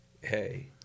Hey